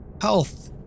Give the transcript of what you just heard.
health